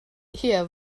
ihr